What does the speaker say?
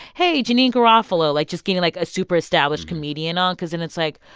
hey, janeane garofalo like, just getting, like, a super-established comedian on because then it's like,